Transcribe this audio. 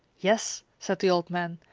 yes, said the old man,